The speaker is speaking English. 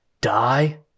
Die